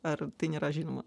ar tai nėra žinoma